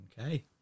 okay